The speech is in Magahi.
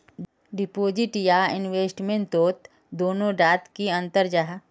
डिपोजिट या इन्वेस्टमेंट तोत दोनों डात की अंतर जाहा?